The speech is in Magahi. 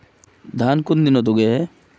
धान कुन दिनोत उगैहे